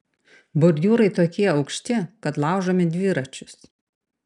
bordiūrai tokie aukšti kad laužome dviračius